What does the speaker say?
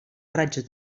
raig